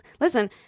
listen